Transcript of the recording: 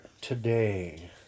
today